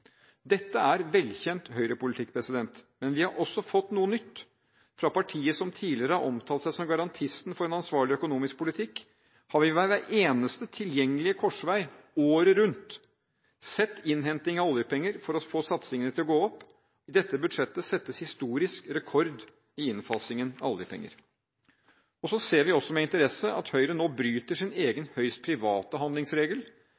Dette er velkjent Høyre-politikk, men vi har også fått noe nytt. Fra partiet som tidligere har omtalt seg selv som garantisten for en ansvarlig økonomisk politikk, har vi ved hver eneste tilgjengelige korsvei året rundt sett innhenting av oljepenger for å få satsingene til å gå opp – i dette budsjettet settes historisk rekord i innfasingen av oljepenger. Så ser vi også med interesse at Høyre nå bryter sin